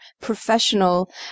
professional